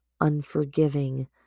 unforgiving